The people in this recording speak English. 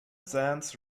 sands